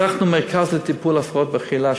פתחנו מרכז לטיפול בהפרעות אכילה,